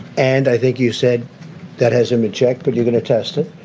and i think you said that has him in check, but you're going to test it.